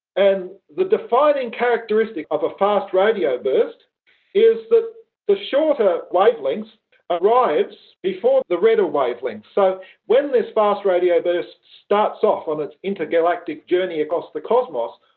and the defining characteristic of a fast radio burst is that the shorter wavelengths arrive before the redder wavelengths. so when this fast radio burst starts off on the intergalactic journey across the cosmos,